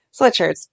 sweatshirts